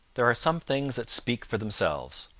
there are some things that speak for themselves.